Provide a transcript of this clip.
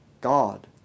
God